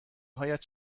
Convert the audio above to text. هایت